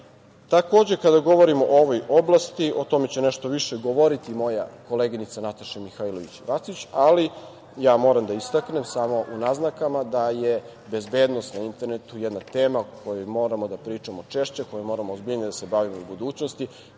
način. Takođe, kada govorimo o ovoj oblasti, o tome će nešto više govoriti moja koleginica Nataša Mihajlović Bacić, ali ja moram da istaknem samo u naznakama da je bezbednost na internetu jedna tema o kojoj moramo da pričamo češće, kojoj morao ozbiljnije da se bavimo u budućnosti,